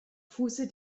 fuße